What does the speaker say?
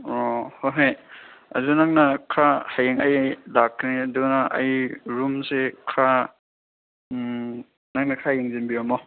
ꯑꯣ ꯍꯣꯏ ꯍꯣꯏ ꯑꯗꯨ ꯅꯪꯅ ꯈꯔ ꯍꯌꯦꯡ ꯑꯩ ꯂꯥꯛꯀꯅꯤ ꯑꯗꯨꯅ ꯑꯩ ꯔꯨꯝꯁꯦ ꯈꯔ ꯅꯪꯅ ꯈꯔ ꯌꯦꯡꯁꯤꯟꯕꯤꯔꯝꯃꯣ